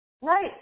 Right